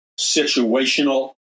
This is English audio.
situational